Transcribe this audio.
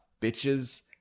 bitches